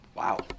Wow